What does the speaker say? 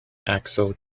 axel